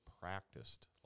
practiced